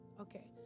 Okay